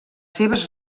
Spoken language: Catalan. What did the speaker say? seves